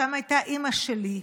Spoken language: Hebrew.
שם הייתה אימא שלי.